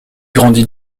grandit